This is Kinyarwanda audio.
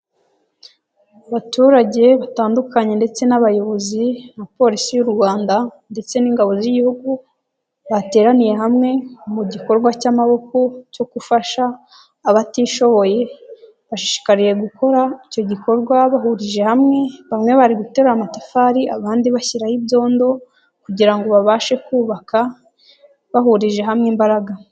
Abaturage batandukanye ndetse n'abayobozi na polisi y'u Rwanda ndetse n'ingabo z'igihugu, bateraniye hamwe mu gikorwa cy'amaboko cyo gufasha abatishoboye, bashishikariye gukora icyo gikorwa bahurije hamwe, bamwe bariguterura amatafari abandi bashyiraho ibyondo kugira ngo babashe kubaka bahurije hamwe imbaraga.